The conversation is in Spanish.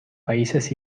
países